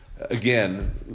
again